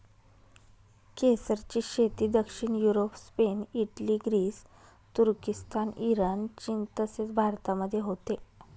केसरची शेती दक्षिण युरोप, स्पेन, इटली, ग्रीस, तुर्किस्तान, इराण, चीन तसेच भारतामध्ये होते